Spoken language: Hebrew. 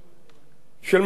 של מחמוד עבאס,